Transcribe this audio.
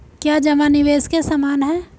क्या जमा निवेश के समान है?